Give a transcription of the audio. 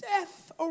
death